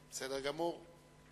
אין הסתייגויות, בסדר גמור.